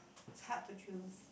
it's hard to choose